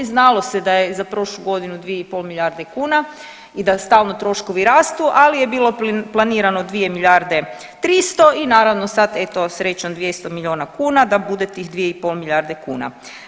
Znalo se da je za prošlu godinu 2,5 milijarde kuna i da stalno troškovi rastu, ali je bilo planirano 2 milijarde 300 i naravno sad eto srećom 200 miliona kuna da bude tih 2,5 milijarde kuna.